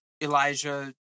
Elijah